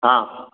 आ